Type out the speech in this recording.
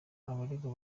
abaregwa